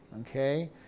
Okay